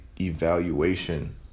Evaluation